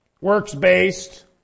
Works-based